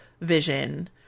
Vision